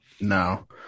No